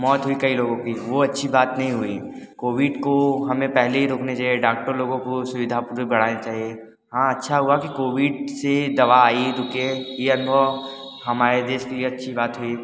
मौत हुई कई लोगो की वो अच्छी बात नहीं हुई कोविड को हमें पहले ही रोकनी चाहिए डाक्टर लोगों को सुविधापूर्वक चाहिए हाँ अच्छा हुआ कि कोविड की दवा आई रुके ये अनुभव हमारे देश के लिए अच्छी बात हुई